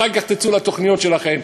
אחר כך תצאו לתוכניות שלכם.